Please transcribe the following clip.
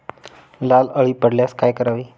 लाल अळी पडल्यास काय करावे?